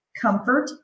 comfort